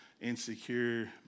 insecure